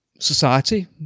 society